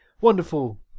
Wonderful